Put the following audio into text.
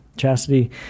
chastity